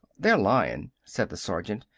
they're lyin', said the sergeant.